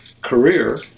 career